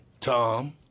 Tom